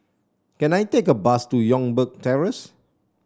can I take a bus to Youngberg Terrace